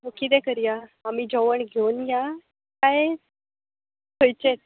so कितें करया आमी जेवण घेवन या कांय थयचें